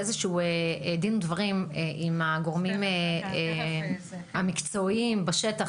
נעשה איזשהו דין ודברים עם הגורמים המקצועיים בשטח,